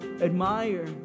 admire